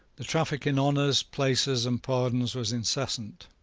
the traffic in honours, places, and pardons was incessant.